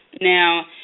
now